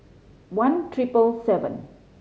one triple seven